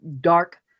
dark